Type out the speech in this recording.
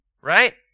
right